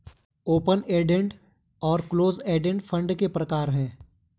open ended और close ended fund के प्रकार हैं